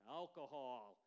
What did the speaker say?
alcohol